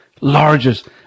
largest